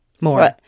More